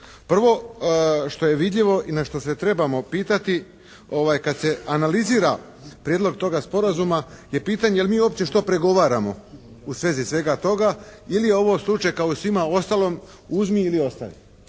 Prvo što je vidljivo i na što se trebamo pitati kad se analizira prijedlog toga sporazume je pitanje je li mi uopće što pregovaramo u svezi svega toga ili je ovaj slučaj kao u svima ostalim uzmi ili ostavi.